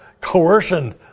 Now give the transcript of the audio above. Coercion